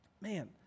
Man